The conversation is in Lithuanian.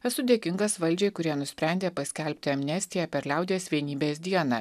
esu dėkingas valdžiai kurie nusprendė paskelbti amnestiją per liaudies vienybės dieną